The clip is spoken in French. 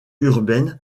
urbaine